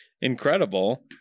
incredible